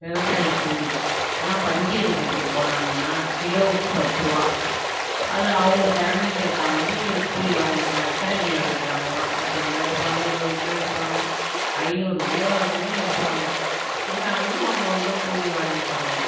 விவசாய கூலி ஆனால் பஞ்சு எடுக்கிறதுக்கு போனாங்கனால் கிலோவுக்கு பத்துரூவா அது அவங்க திறமைக்கு ஏற்ற மாதிரி கூலி வாங்கிக்கிலாம் எத்தனை கிலோ எடுக்கிறாங்களோ பத்து கிலோ எடுப்பாங்க இருபது கிலோ எடுப்பாங்க ஐநூறு கிலோ வரைலியும் எடுப்பாங்க எடுத்தாங்கனால் அவங்கவுங்க கூலி வாங்கிப்பாங்க